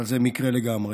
אבל זה מקרי לגמרי.